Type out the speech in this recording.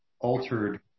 altered